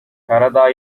karadağ